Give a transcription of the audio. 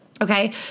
Okay